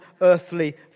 earthly